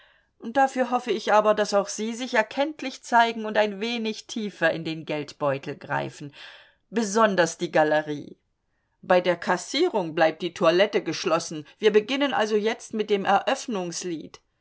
dafür hoffe ich aber daß auch sie sich erkenntlich zeigen und ein wenig tiefer in den geldbeutel greifen besonders die galerie bei der kassierung bleibt die toilette geschlossen wir beginnen also jetzt mit dem